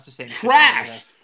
Trash